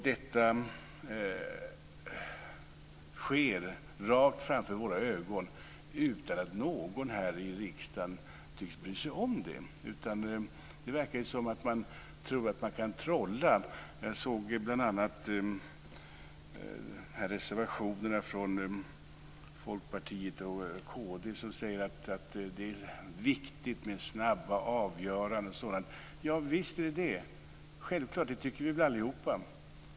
Detta sker rakt framför våra ögon, utan att någon här i riksdagen tycks bry sig om det, utan det verkar som att man tror att man kan trolla. Jag såg bl.a. att man i reservationerna från Folkpartiet och kd säger att det är viktigt med snabba avgöranden. Javisst, självklart tycker vi alla det.